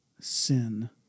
sin